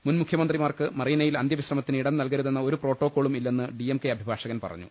മുൻമു ഖ്യമന്ത്രിമാർക്ക് മറീനയിൽ അന്ത്യവിശ്രമത്തിന് ഇടം നൽകരുതെന്ന ഒരു പ്രോട്ടോക്കോളും ഇല്ലെന്ന് ഡി എം കെ അഭിഭാഷകൻ പറഞ്ഞു